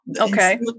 Okay